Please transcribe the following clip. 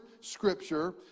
Scripture